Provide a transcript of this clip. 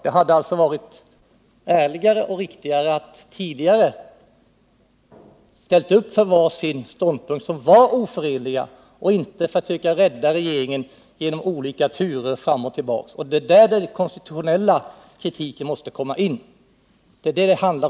Men det hade varit ärligare och riktigare att på ett tidigare stadium ställa upp för var sin ståndpunkt och inte försöka rädda regeringen genom olika turer fram och tillbaka. Det är mot detta som den konstitutionella kritiken måste riktas.